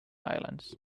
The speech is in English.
islands